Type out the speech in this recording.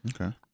Okay